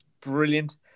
brilliant